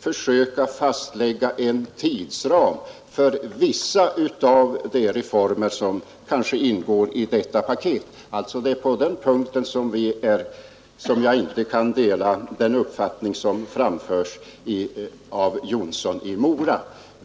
försöka fastlägga en tidsplan för vissa av de reformer som kanske ingår i detta paket. Det är på den punkten jag inte kan dela herr Jonssons i Mora uppfattning.